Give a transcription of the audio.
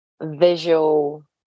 visual